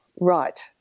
right